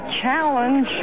challenge